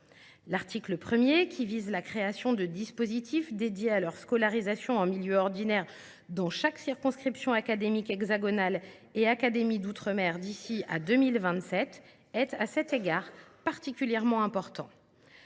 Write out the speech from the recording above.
L’article 1, qui vise la création de dispositifs dédiés à leur scolarisation en milieu ordinaire dans chaque circonscription académique hexagonale et académie d’outre mer d’ici à 2027, est à cet égard particulièrement important.